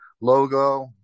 logo